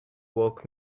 woke